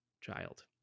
child